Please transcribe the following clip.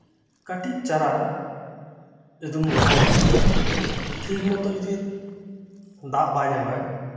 ᱠᱟᱹᱴᱤᱡ ᱪᱟᱨᱟ ᱡᱚᱫᱤᱢ ᱨᱚᱦᱚᱭᱟ ᱴᱷᱤᱠᱢᱚᱛᱚ ᱡᱚᱫᱤ ᱫᱟᱜᱵᱟᱭ ᱧᱟᱢᱟ